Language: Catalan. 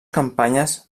campanyes